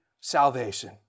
salvation